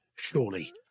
Surely